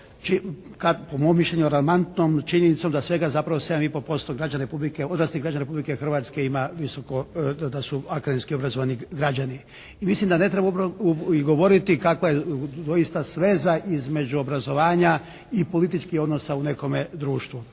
po mom mišljenju alarmantnom činjenicom da svega zapravo 7 i po posto građana Republike, odraslih građana Republike Hrvatske ima visoko. Da su akademski obrazovani građani. I mislim da ne treba i govoriti kakva je doista sveza između obrazovanja i političkih odnosa u nekome društvu.